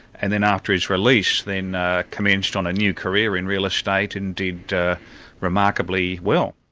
and then after his release, then ah commenced on a new career in real estate and did remarkably well.